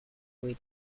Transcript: way